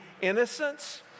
innocence